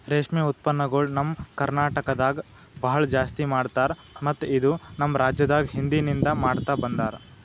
ರೇಷ್ಮೆ ಉತ್ಪನ್ನಗೊಳ್ ನಮ್ ಕರ್ನಟಕದಾಗ್ ಭಾಳ ಜಾಸ್ತಿ ಮಾಡ್ತಾರ ಮತ್ತ ಇದು ನಮ್ ರಾಜ್ಯದಾಗ್ ಹಿಂದಿನಿಂದ ಮಾಡ್ತಾ ಬಂದಾರ್